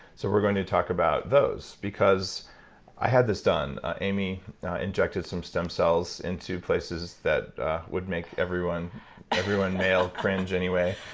so we're going to talk about those because i had this done. amy injected some stem cells into places that would make everyone everyone male cringe, anyway,